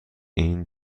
این